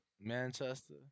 Manchester